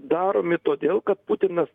daromi todėl kad putinas